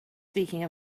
speaking